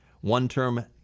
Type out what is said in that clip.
One-term